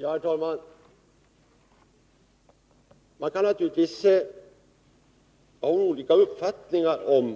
Herr talman! Man kan naturligtvis ha olika uppfattningar om